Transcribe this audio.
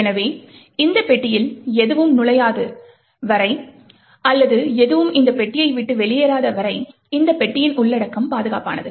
எனவே இந்த பெட்டியில் எதுவும் நுழையாத வரை அல்லது எதுவும் இந்த பெட்டியை விட்டு வெளியேறாத வரை இந்த பெட்டியின் உள்ளடக்கம் பாதுகாப்பானது